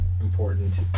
important